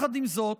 עם זאת,